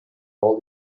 all